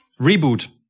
Reboot